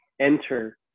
enter